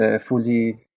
fully